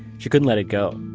she couldn't let it go.